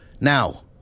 Now